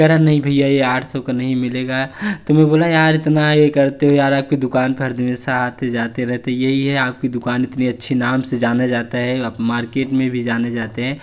कह रहा नहीं भैया यह आठ सौ का नहीं मिलेगा तो मैं बोला यार इतना यह करते हो यार आपकी दुकान पर हमेशा आते जाते रहते हैं यही है आपकी दुकान इतनी अच्छी नाम से जाना जाता है आप मार्केट में भी जाने जाते हैं